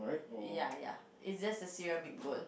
ya ya it's just a ceramic bowl